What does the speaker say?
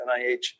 NIH